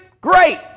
great